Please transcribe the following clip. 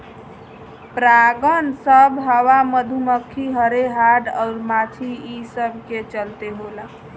परागन सभ हवा, मधुमखी, हर्रे, हाड़ अउर माछी ई सब के चलते होला